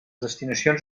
destinacions